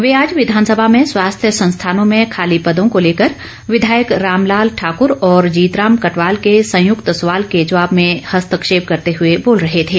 वे आज विधानसभा में स्वास्थ्य संस्थानों में खाली पदों को लेकर विधायक राम लाल ठाकर और जीत राम कटवाल के संयुक्त सवाल के जवाब में हस्तक्षेप करते हुए बोल रहे थे